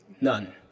none